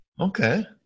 okay